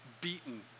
beaten